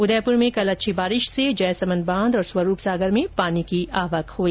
उदयपुर में कल अच्छी बारिश से जयसमंद बांध और स्वरूप सागर में पानी की आवक हुई